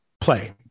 play